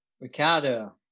Ricardo